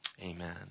Amen